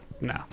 No